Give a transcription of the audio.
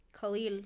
Khalil